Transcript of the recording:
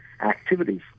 activities